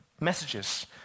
messages